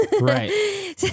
Right